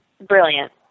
brilliant